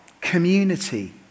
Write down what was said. Community